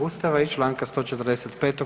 Ustava i članka 145.